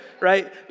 Right